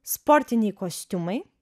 sportiniai kostiumai